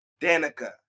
Danica